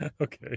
Okay